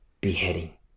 Beheading